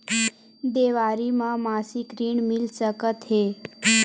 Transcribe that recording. देवारी म मासिक ऋण मिल सकत हे?